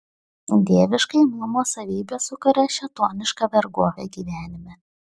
dieviška imlumo savybė sukuria šėtonišką vergovę gyvenime